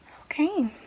Okay